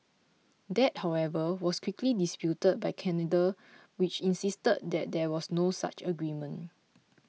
that however was quickly disputed by Canada which insisted that there was no such agreement